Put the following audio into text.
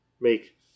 make